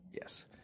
Yes